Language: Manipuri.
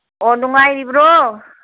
ꯑꯣ ꯅꯨꯡꯉꯥꯏꯔꯤꯕ꯭ꯔꯣ